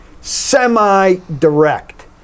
semi-direct